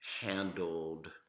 handled